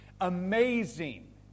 Amazing